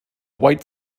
white